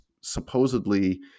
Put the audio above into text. supposedly